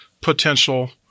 potential